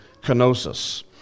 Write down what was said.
kenosis